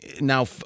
now